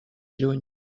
lluny